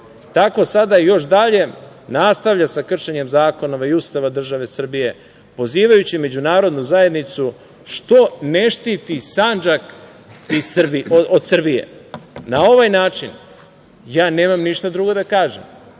tako sada još dalje nastavlja sa kršenjem zakona i Ustava države Srbije, pozivajući međunarodnu zajednicu što ne štiti Sandžak od Srbije. Na ovaj način, ja nemam ništa drugo da kažem,